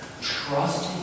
Trust